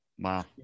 Wow